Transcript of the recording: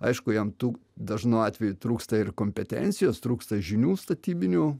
aišku jam tų dažnu atveju trūksta ir kompetencijos trūksta žinių statybinių